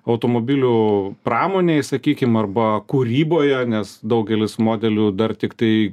automobilių pramonėj sakykim arba kūryboje nes daugelis modelių dar tiktai